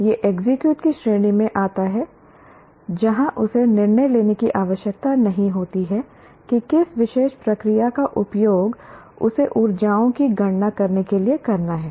यह एग्जीक्यूट की श्रेणी में आता है जहां उसे निर्णय लेने की आवश्यकता नहीं होती है कि किस विशेष प्रक्रिया का उपयोग उसे ऊर्जाओं की गणना करने के लिए करना है